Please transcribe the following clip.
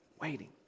waiting